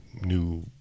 new